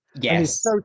Yes